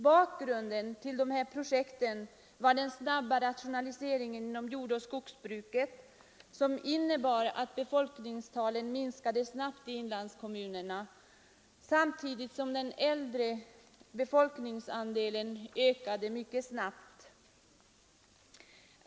Bakgrunden till de här projekten var den snabba rationaliseringen inom jordoch skogsbruket, som innebar att befolkningstalen minskade i inlandskommunerna samtidigt som den äldre befolkningsandelen ökade mycket snabbt.